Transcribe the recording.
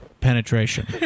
penetration